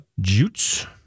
Jutes